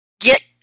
get